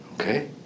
okay